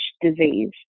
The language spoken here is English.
disease